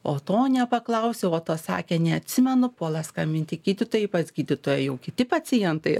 o to nepaklausė o to sakė neatsimenu puola skambinti gydytojai pas gydytoją jau kiti pacientai